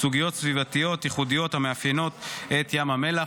סוגיות סביבתיות ייחודיות המאפיינות את ים המלח.